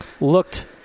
looked